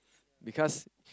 because